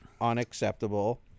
Unacceptable